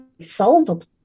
solvable